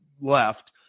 left